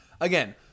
Again